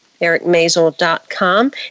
ericmazel.com